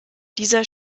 dieser